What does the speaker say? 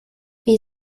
wie